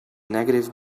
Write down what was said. negative